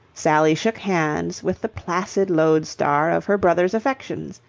sally shook hands with the placid lodestar of her brother's affections.